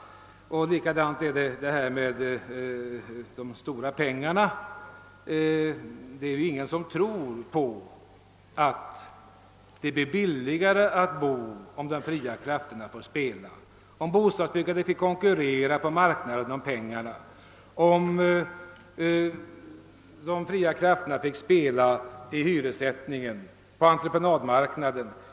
Likadant förhåller det sig beträffande de stora pengarna. Ingen tror att bostadskostnaderna blir lägre om krafterna finge spela fritt, om byggherrarna finge konkurrera på marknaden om pengarna och om de fria krafterna hade full frihet vid hyressättningen och på entreprenadmarknaden.